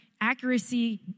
Accuracy